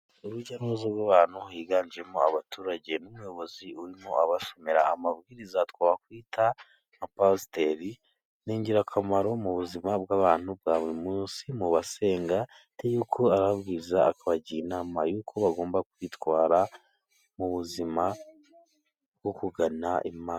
Urujya n'uruza rw'abantu, higanjemo abaturage umuyobozi arimo abasomera amabwiriza twakwita nka pasiteri. Ni igirakamaro mu buzima bw'abantu bwa buri munsi, mu basenga yuko aba ababwiriza ,akabagira inama y'uko bagomba kwitwara mu buzima bwo kugana Imana.